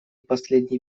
последний